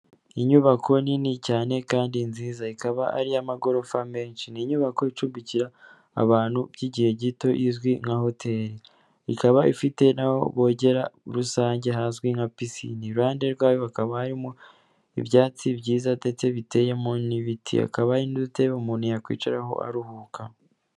Inyubako nini cyane kandi nziza ikaba ari iy'amagorofa menshi, ni inyubako icumbikira abantu by'igihe gito izwi nka hoteri, ikaba ifite n'aho bogera rusange hazwi nka piscine, iruhande rwayo hakaba harimo ibyatsi byiza ndetse biteyemo n'ibiti, hakaba harimo n'udutebe umuntu yakwicaraho aruhuka.